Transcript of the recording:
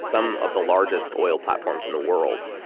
some of the largest oil platforms in the world.